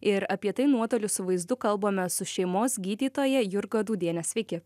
ir apie tai nuotoliu su vaizdu kalbamės su šeimos gydytoja jurga dūdiene sveiki